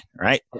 Right